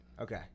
Okay